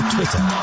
Twitter